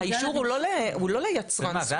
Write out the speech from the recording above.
האישור הוא לא, הוא לא ליצרן ספציפי.